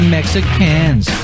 Mexicans